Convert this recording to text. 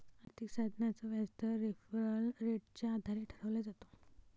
आर्थिक साधनाचा व्याजदर रेफरल रेटच्या आधारे ठरवला जातो